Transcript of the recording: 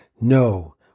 No